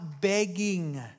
begging